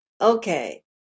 Okay